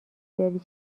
داری